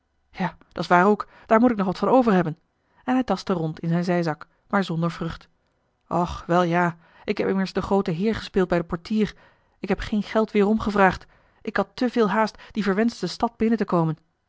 stopte ja dat's waar ook daar moet ik nog wat van overhebben en hij tastte rond in zijn zijzak maar zonder vrucht och wel ja ik heb immers den grooten heer gespeeld bij den portier ik heb geen geld weerom a l g bosboom-toussaint de delftsche wonderdokter eel ik had te veel haast die verwenschte stad binnen te komen